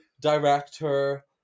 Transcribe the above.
director